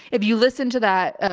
if you listen to that, ah,